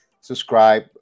subscribe